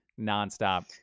nonstop